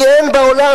כי אין בעולם.